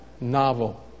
novel